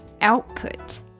output